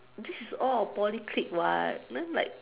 this is all our Poly click [what] then like